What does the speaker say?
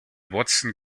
watson